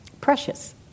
Precious